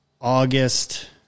August